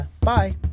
Bye